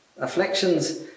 afflictions